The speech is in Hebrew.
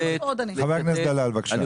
חבר הכנסת דלל, בבקשה.